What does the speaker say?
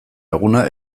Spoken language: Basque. eguna